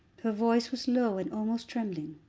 her voice was low and almost trembling,